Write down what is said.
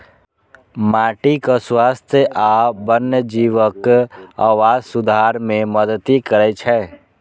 माटिक स्वास्थ्य आ वन्यजीवक आवास सुधार मे मदति करै छै